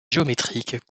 géométriques